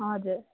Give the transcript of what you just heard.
हजुर